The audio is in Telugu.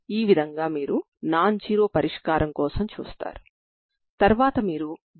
ఇక్కడ మీరు t ను టైం గా x ను X అక్షాంశం గా చూడవచ్చు